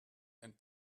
and